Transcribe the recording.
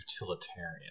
utilitarian